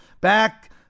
Back